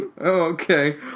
okay